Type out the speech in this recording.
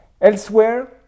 Elsewhere